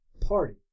party